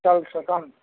ਚੱਲ ਸਕਣ